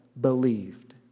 believed